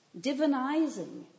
divinizing